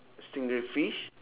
stingray fish